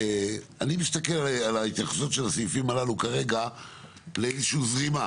אני מסתכל על ההתייחסות של הסעיפים הללו כרגע לאיזושהי זרימה,